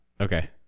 Okay